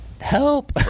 help